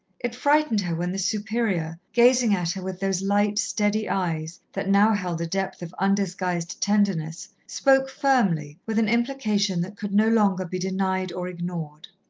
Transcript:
it frightened her when the superior, gazing at her with those light, steady eyes that now held a depth of undisguised tenderness, spoke firmly, with an implication that could no longer be denied or ignored.